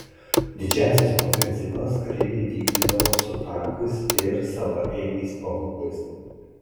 didžiąsias ofenzyvas kareiviai vykdydavo su tankais ir savaeigiais pabūklais